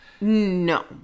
No